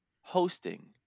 hosting